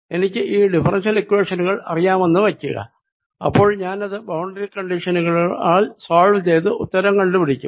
എനിക്ക് ഈ differential equation അറിയാമെന്ന് വയ്ക്കുക അപ്പോൾ ഞാനത് ബൌണ്ടറി കണ്ടിഷനുകളാൽ സോൾവ് ചെയ്ത് ഉത്തരം കണ്ടു പിടിക്കും